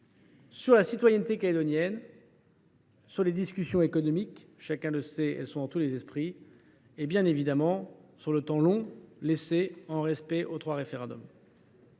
sur la citoyenneté calédonienne, sur les discussions économiques – elles sont dans tous les esprits – et, bien évidemment, sur le temps long, dans le respect des trois référendums.